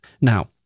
Now